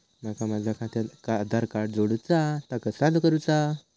माका माझा खात्याक आधार कार्ड जोडूचा हा ता कसा करुचा हा?